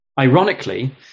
Ironically